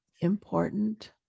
important